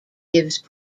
gives